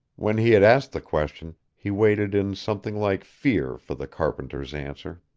when he had asked the question, he waited in something like fear for the carpenter's answer.